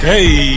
Hey